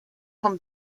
from